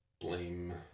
blame